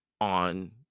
on